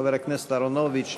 חבר הכנסת אהרונוביץ,